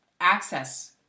access